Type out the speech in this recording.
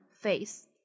face